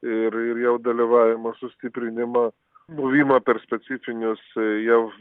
ir ir jav dalyvavimo sustiprinimą buvimą per specifinius jav